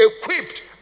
equipped